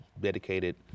dedicated